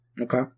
Okay